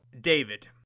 david